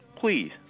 please